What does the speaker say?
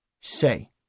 Say